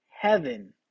heaven